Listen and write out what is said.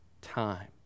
time